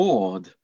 Lord